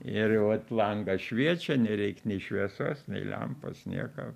ir vat langas šviečia nereik nei šviesos nei lempos nieko